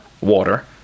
water